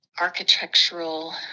architectural